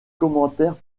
commentaires